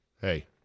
Hey